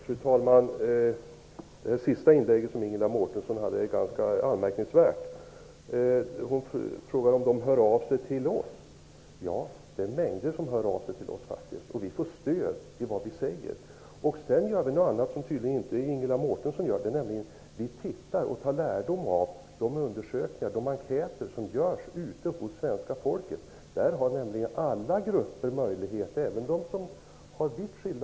Fru talman! Det sista inlägget Ingela Mårtensson gjorde är ganska anmärkningsvärt. Hon frågade om de som hjälper flyktingar hör av sig till oss. Ja, det är faktiskt mängder som hör av sig till oss. Vi får stöd i det vi säger. Vi gör också något som Ingela Mårtensson tydligen inte gör. Vi tar lärdom av de undersökningar och enkäter som görs ute hos svenska folket. Där har nämligen alla grupper möjlighet att säga vad de tycker.